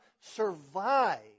survive